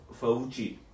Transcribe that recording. Fauci